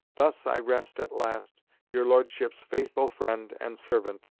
thus i rest at last your lordship's faithful friend and servant,